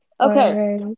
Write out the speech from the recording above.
okay